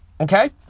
Okay